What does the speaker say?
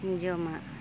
ᱡᱚᱢᱟᱜ